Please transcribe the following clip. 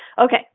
Okay